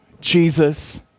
Jesus